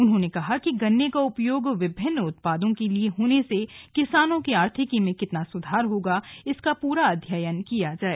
उन्होंने कहा कि गन्ने का उपयोग विभिन्न उत्पादों के लिए होने से किसानों की आर्थिकी में कितना सुधार होगा इसका पूरा अध्ययन किया जाय